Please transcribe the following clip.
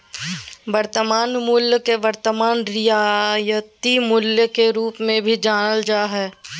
वर्तमान मूल्य के वर्तमान रियायती मूल्य के रूप मे भी जानल जा हय